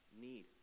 need